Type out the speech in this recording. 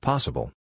Possible